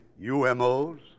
UMOs